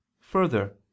further